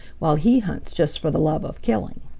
while he hunts just for the love of killing.